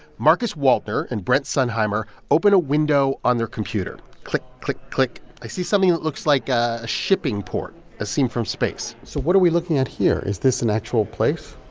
marcus waldner and brent sundheimer open a window on their computer. click. click. click. i see something that looks like a shipping port as seen from space so what are we looking at here? is this an actual place?